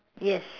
yes